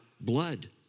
blood